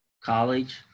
college